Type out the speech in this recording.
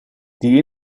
die